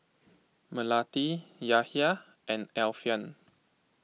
Melati Yahya and Alfian